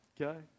Okay